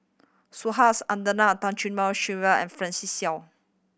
Subhas Sylvia and Seow